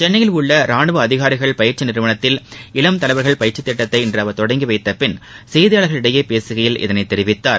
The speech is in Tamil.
சென்னையில் உள்ள ரானுவ அதிகாரிகள் பயிற்சி நிறுவனத்தில் இளம் தலைவர்கள் பயிற்சித் திட்டத்தை இன்று அவர் தொடங்கி வைத்த பின் செய்தியாளர்களிடம் பேசுகையில் இதை தெரிவித்தார்